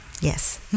Yes